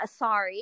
asari